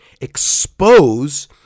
expose